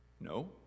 No